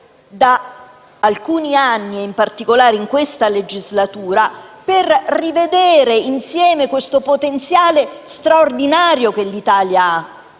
da alcuni anni, in particolare nell'attuale legislatura, per rivedere insieme il potenziale straordinario che l'Italia ha,